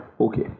Okay